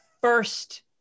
first